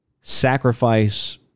sacrifice